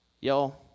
Y'all